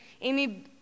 Amy